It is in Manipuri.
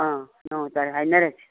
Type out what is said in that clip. ꯑꯥ ꯅꯣꯡꯃ ꯇꯥꯔꯤꯛ ꯍꯥꯏꯅꯔꯁꯤ